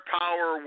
power